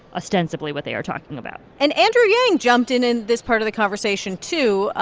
ostensibly what they are talking about and andrew yang jumped in in this part of the conversation, too,